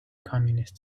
communist